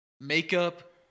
Makeup